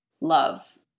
love